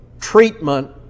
treatment